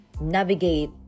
navigate